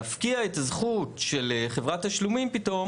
להפקיע את הזכות של חברת תשלומים פתאום